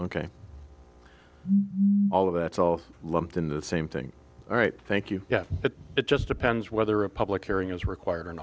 ok all of that's all lumped in the same thing all right thank you yeah but it just depends whether a public hearing is required